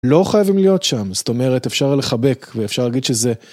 לא חייבים להיות שם, זאת אומרת, אפשר לחבק ואפשר להגיד שזה...